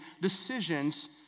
decisions